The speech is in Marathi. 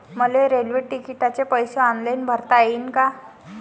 मले रेल्वे तिकिटाचे पैसे ऑनलाईन भरता येईन का?